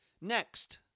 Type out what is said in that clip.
Next